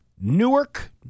Newark